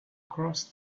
crossed